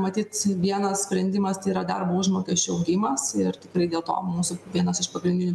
matyt vienas sprendimas tai yra darbo užmokesčio augimas ir tikrai dėl to mūsų vienas iš pagrindinių